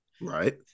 right